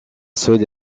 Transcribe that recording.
seule